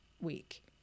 week